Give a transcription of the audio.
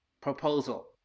proposal